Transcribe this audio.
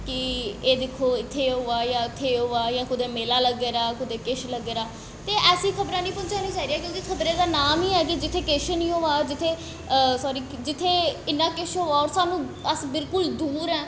कि एह् दिक्खो इत्थें एह् होआ दा उत्थें एह् होआ दा जां कुतै मेला लग्गे दा जां कुतै किश होआ दा ते ऐसी खबरां निं पहुंचानियां चाहिदियां क्योंकि खबरें दा नांऽ बी ऐ जित्थें किश निं होआ दा सोरी जित्थें इन्ना किश होआ दा होर अस बिल्कुल दूर न